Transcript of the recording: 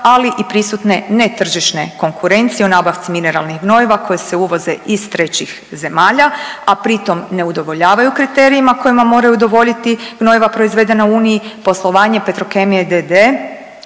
ali i prisutne netržišne konkurencije u nabavci mineralnih gnojiva koji se uvoze iz trećih zemalja, a pritom ne udovoljavaju kriterijima kojima moraju udovoljiti gnojiva proizvedena u uniji, poslovanje Petrokemije